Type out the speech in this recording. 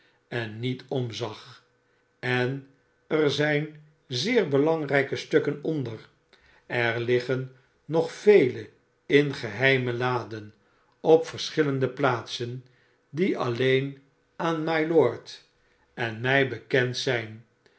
en niet omzag sen er zijn zeer belangrijke stukken onder er liggen nog velen in geheime iaden op verschillende plaatsen die alleen aan mylord en mij bekend zijn